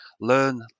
learn